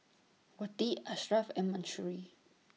Wati Ashraf and Mahsuri